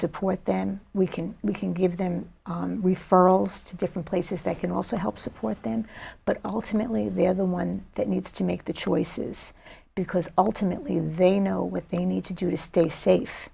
support then we can we can give them referrals to different places they can also help support them but ultimately they're the one that needs to make the choices because ultimately they know with they need to do to stay safe